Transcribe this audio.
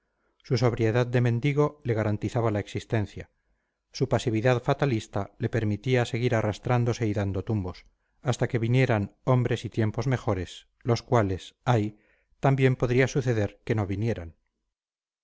su sobriedad de mendigo le garantizaba la existencia su pasividad fatalista le permitía seguir arrastrándose y dando tumbos hasta que vinieran hombres y tiempos mejores los cuales ay también podría suceder que no vinieran